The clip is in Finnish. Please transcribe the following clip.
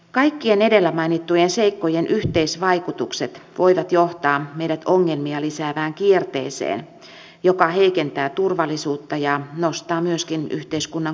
kaikkien edellä mainittujen seikkojen yhteisvaikutukset voivat johtaa meidät ongelmia lisäävään kierteeseen joka heikentää turvallisuutta ja nostaa myöskin yhteiskunnan kokonaiskustannuksia